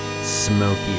smoky